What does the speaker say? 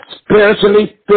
spiritually